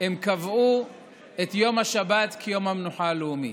הם קבעו את יום השבת כיום המנוחה הלאומי.